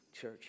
church